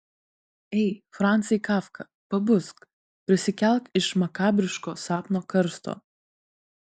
ei francai kafka pabusk prisikelk iš makabriško sapno karsto